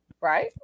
right